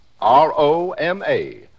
R-O-M-A